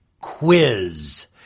quiz